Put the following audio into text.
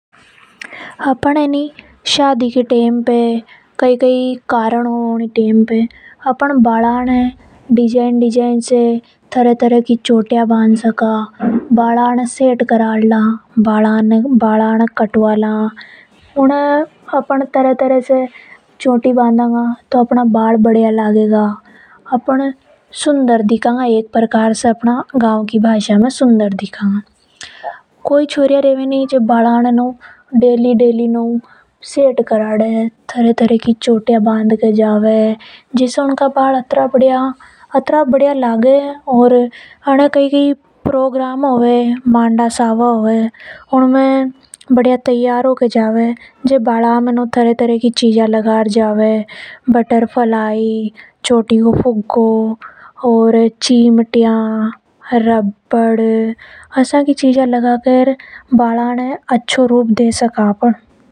अपन ए नि शादी की टेम पे कई कई कारण होवे उन्हीं टेम पे अपन अपना बाला ने डिजाइन डिजाइन से चोटी करा। इन बाला में अपन तरह तरह की चोटियां बानद सका। इने सेट करा सका। इने कटवाकर के सेट करवा ला ओर डिजाइन की चोटी बा न द लेवा तो ये ओर भी बढ़िया लगे। बाल की वजह से ही आप अपन सुंदर दिखेगा। कोई चोरियां डेली डेली इन बाला ने सेट करवाए और मशीन लगवाए जिसे इनका बाल घणा बढ़िया लगे। बाला में चिमटियां बटर फ्लाई क्लिप ऐसी नरी चीजा लगावे।